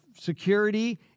security